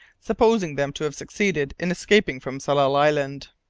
supposing them to have succeeded in escaping from tsalal island.